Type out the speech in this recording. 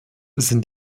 sind